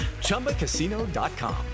ChumbaCasino.com